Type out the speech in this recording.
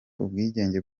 ubwigenge